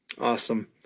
Awesome